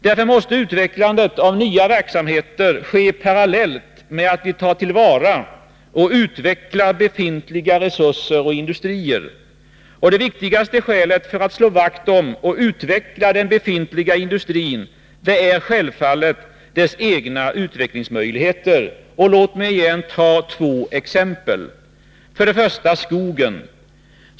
Därför måste utvecklandet av nya verksamheter ske parallellt med att vi tar till vara och utvecklar befintliga resurser och industrier. Det viktigaste skälet för att slå vakt om och utveckla den befintliga industrin är självfallet dess egna utvecklingsmöjligheter. Låt mig åter ta två exempel. Det första gäller skogen.